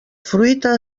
fruita